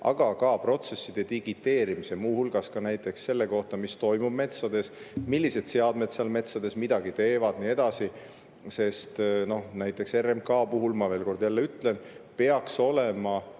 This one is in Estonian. aga ka protsesside digiteerimist, muu hulgas näiteks selle kohta, mis toimub metsades, millised seadmed seal metsades midagi teevad ja nii edasi. Sest näiteks RMK puhul, ma veel kord ütlen, peaks olema